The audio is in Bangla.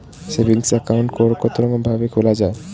সেভিং একাউন্ট কতরকম ভাবে খোলা য়ায়?